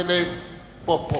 זה לפה.